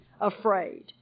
afraid